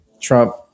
Trump